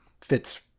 fits